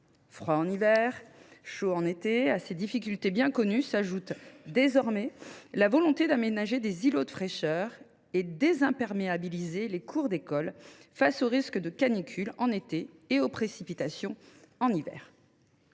Froid en hiver, chaleur en été ; à ces difficultés bien connues s’ajoute désormais la volonté d’aménager des îlots de fraîcheur et de désimperméabiliser les cours d’école face au risque de canicule en été et aux précipitations en hiver.